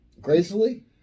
Gracefully